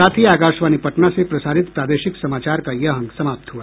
इसके साथ ही आकाशवाणी पटना से प्रसारित प्रादेशिक समाचार का ये अंक समाप्त हुआ